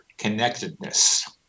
connectedness